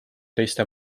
teiste